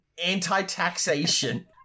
Anti-taxation